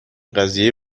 قضیه